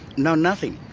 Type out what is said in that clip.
no nothing.